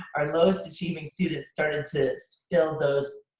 our lowest achieving students started to fill those